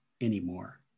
anymore